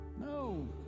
No